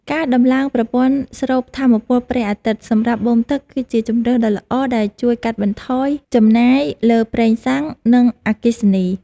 ការដំឡើងប្រព័ន្ធស្រូបថាមពលព្រះអាទិត្យសម្រាប់បូមទឹកគឺជាជម្រើសដ៏ល្អដែលជួយកាត់បន្ថយចំណាយលើប្រេងសាំង និងអគ្គិសនី។